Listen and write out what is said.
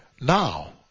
now